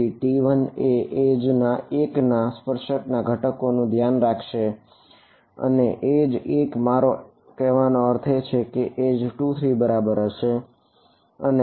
તેથી T1 એ એજ 2 3 બરાબર